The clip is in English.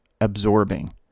absorbing